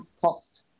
cost